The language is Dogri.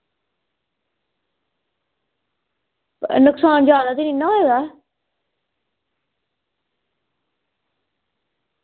नुक्सान ज्यादा ते नी ना होए दा